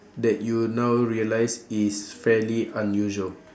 that you now realised is fairly unusual